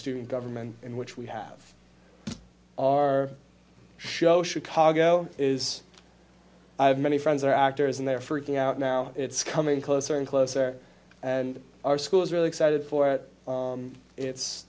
student government in which we have our show chicago is i have many friends are actors and they're freaking out now it's coming closer and closer and our school is really excited for it